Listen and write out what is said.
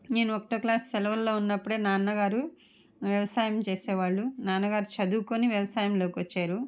నేను ఒకటవ క్లాస్ సెలవుల్లో ఉన్నప్పుడే నాన్న గారు వ్యవసాయం చేసేవాళ్ళు నాన్న గారు చదువుకొని వ్యవసాయంలోకి వచ్చారు